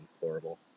horrible